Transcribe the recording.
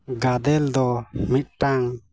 ᱜᱟᱫᱮᱞ ᱫᱚ ᱢᱤᱫᱴᱟᱝ